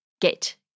get